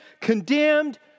condemned